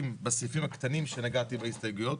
בסעיפים הקטנים שנגעתי בהסתייגויות,